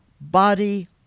body